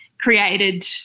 created